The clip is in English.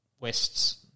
West's